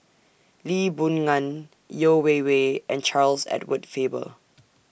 Lee Boon Ngan Yeo Wei Wei and Charles Edward Faber